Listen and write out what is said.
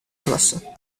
classe